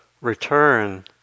return